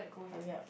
hurry up